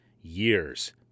years